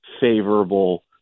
favorable